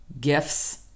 gifts